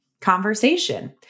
conversation